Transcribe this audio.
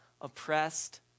Oppressed